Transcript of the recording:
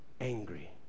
angry